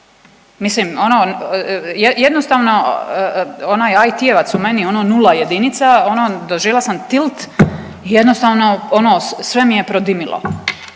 Mislim, ono, jednostavno, onaj IT-jevac u meni, ono nula i jedinica, ono, doživjela sam tilt jednostavno ono sve mi je prodimilo.